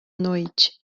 noite